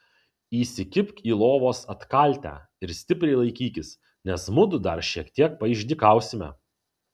įsikibk į lovos atkaltę ir stipriai laikykis nes mudu dar šiek tiek paišdykausime